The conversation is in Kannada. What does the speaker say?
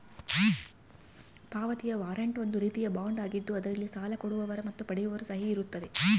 ಪಾವತಿಯ ವಾರಂಟ್ ಒಂದು ರೀತಿಯ ಬಾಂಡ್ ಆಗಿದ್ದು ಅದರಲ್ಲಿ ಸಾಲ ಕೊಡುವವರ ಮತ್ತು ಪಡೆಯುವವರ ಸಹಿ ಇರುತ್ತದೆ